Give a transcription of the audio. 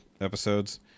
episodes